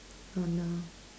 oh no